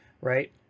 right